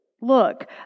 look